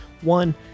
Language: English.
one